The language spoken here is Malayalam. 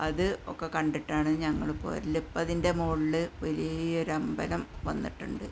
അത് ഒക്കെ കണ്ടിട്ടാണ് ഞങ്ങൾ പോരൽ ഇപ്പതിന്റെ മുകളിൽ വലിയൊരമ്പലം വന്നിട്ടുണ്ട്